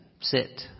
sit